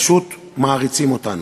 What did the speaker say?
פשוט מעריצים אותנו.